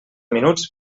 minuts